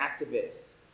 activists